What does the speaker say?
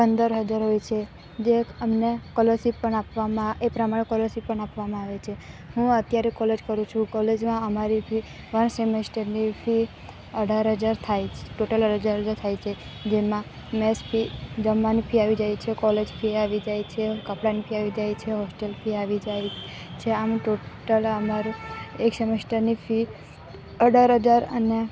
પંદર હજાર હોય છે જે એક અમને સ્કોલરશીપ પણ આપવામાં એ પ્રમાણે સ્કોલરશીપ પણ આપવામાં આવે છે હું અત્યારે કોલેજ કરું છું કોલેજમાં અમારી ફી વન સેમેસ્ટરની ફી અઢાર હજાર થાય છે ટોટલ અઢાર હજાર થાય છે જેમાં મેસ ફી જમવાની ફી આવી જાય છે કોલેજ ફી આવી જાય છે કપડાની ફી આવી જાય છે હોસ્ટેલ ફી આવી જાય છે આમ ટોટલ અમારું એક સેમેસ્ટરની ફી અઢાર હજાર અને